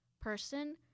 person